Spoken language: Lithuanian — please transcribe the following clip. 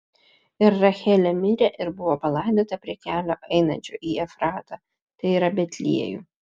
ir rachelė mirė ir buvo palaidota prie kelio einančio į efratą tai yra betliejų